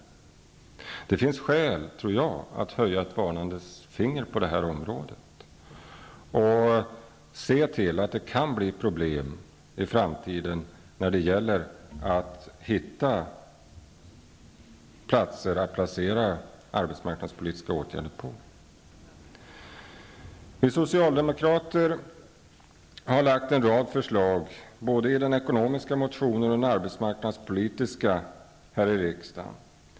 Jag tror att det finns skäl att höja ett varnande finger i det avseendet. Man måste inse att det kan bli problem i framtiden när det gäller att hitta platser för arbetsmarknadspolitiska åtgärder. Vi socialdemokrater har lagt fram en rad förslag både i vår ekonomiska motion och i vår arbetsmarknadspolitiska motion här i riksdagen.